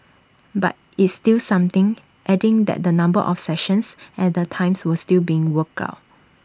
but it's still something adding that the number of sessions and the times were still being worked out